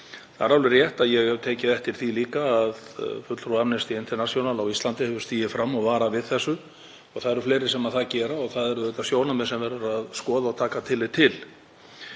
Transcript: Það er alveg rétt og ég hef líka tekið eftir því að fulltrúi Amnesty International á Íslandi hefur stigið fram og varað við þessu og það eru fleiri sem gera það og það eru auðvitað sjónarmið sem verður að skoða og taka tillit til.